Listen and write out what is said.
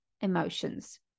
emotions